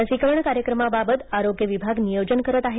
लसीकरण कार्यक्रमाबाबत आरोग्य विभाग नियोजन करत आहे